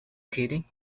kidding